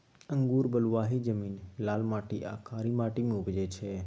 अंगुर बलुआही जमीन, लाल माटि आ कारी माटि मे उपजै छै